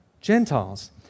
Gentiles